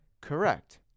Correct